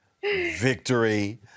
victory